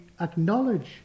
acknowledge